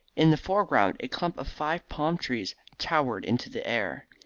in the foreground a clump of five palm-trees towered into the air,